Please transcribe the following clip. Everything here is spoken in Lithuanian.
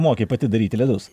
moki pati daryti ledus